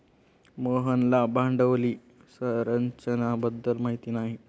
मोहनला भांडवली संरचना बद्दल माहिती नाही